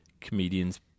comedians